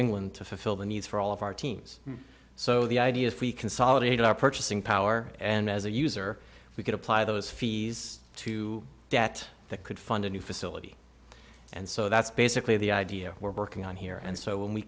england to fill the needs for all of our teams so the idea if we consolidate our purchasing power and as a user we could apply those fees to debt that could fund a new facility and so that's basically the idea we're working on here and so when we